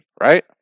right